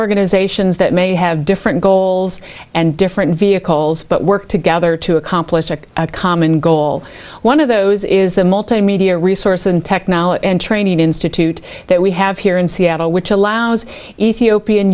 organizations that may have different goals and different vehicles but work together to accomplish common goal one of those is the multimedia resource and technology and training institute that we have here in which allows ethiopian